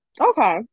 okay